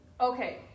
Okay